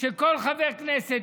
שכל חבר כנסת,